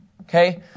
Okay